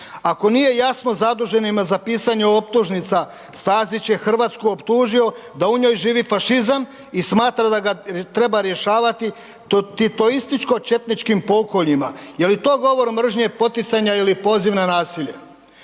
Ako nije jasno zaduženima za pisanje optužnica, Stazić je Hrvatsku optužio da u njoj živi fašizam i smatra da ga treba rješavati titoističko-četničkim pokoljima. Jel i to govor mržnje poticanja ili poziva na nasilje?